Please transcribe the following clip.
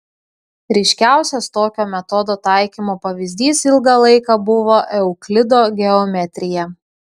ryškiausias tokio metodo taikymo pavyzdys ilgą laiką buvo euklido geometrija